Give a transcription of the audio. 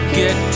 get